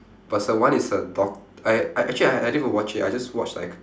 plus the one is a doc~ I I actually I I didn't even watch it I just watch like